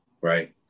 right